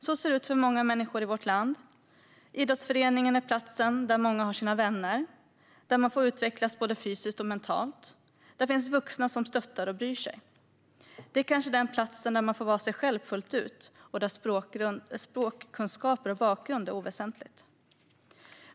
Så ser det ut för många människor i vårt land. Idrottsföreningen är platsen där många har sina vänner, där man får utvecklas både fysiskt och mentalt. Där finns vuxna som stöttar och bryr sig. Det är kanske den platsen där man får vara sig själv fullt ut och där språkkunskaper och bakgrund är oväsentligt.